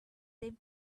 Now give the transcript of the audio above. them